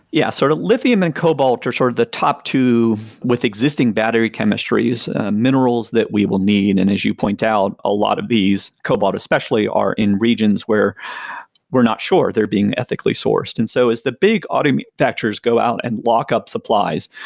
yeah. sort of lithium and cobalt are sort of the top two with existing battery chemistries minerals that we will need. and as you point out a lot of these cobalt, especially are in regions where we're not sure they're being ethically sourced. and so as the big auto manufacturers go out and lock up supplies.